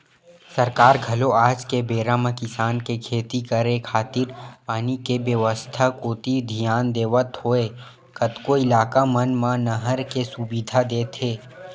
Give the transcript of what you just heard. सरकार घलो आज के बेरा म किसान के खेती करे खातिर पानी के बेवस्था कोती धियान देवत होय कतको इलाका मन म नहर के सुबिधा देत हे